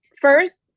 first